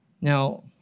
Now